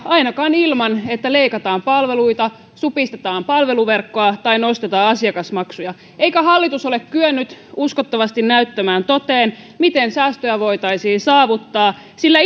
ainakaan ilman että leikataan palveluita supistetaan palveluverkkoa tai nostetaan asiakasmaksuja eikä hallitus ole kyennyt uskottavasti näyttämään toteen miten säästöjä voitaisiin saavuttaa sillä